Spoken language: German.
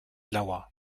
lauer